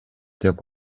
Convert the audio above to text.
деп